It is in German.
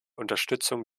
unterstützung